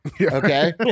okay